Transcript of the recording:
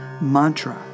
mantra